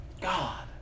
God